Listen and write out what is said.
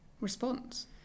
response